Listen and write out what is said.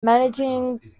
managing